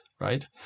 right